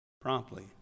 promptly